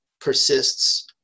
persists